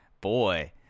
boy